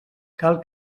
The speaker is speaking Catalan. cal